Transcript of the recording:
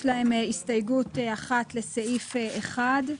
יש להם הסתייגות אחת לסעיף 1,